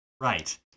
Right